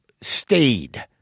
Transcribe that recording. stayed